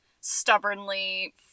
stubbornly